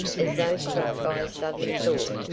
as though struck by a sudden thought,